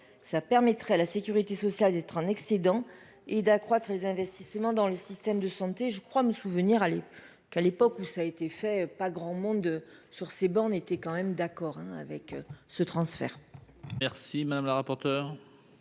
ça permettrait à la sécurité sociale, d'être un accident et d'accroître les investissements dans le système de santé je crois me souvenir aller qu'à l'époque où ça a été fait, pas grand monde sur ces bornes étaient quand même d'accord avec ce transfert.